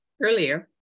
earlier